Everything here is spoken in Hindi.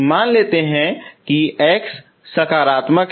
मान लें कि x सकारात्मक है